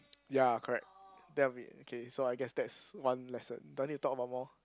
ya correct that will be okay so I guess that is one lesson do I need to talk about more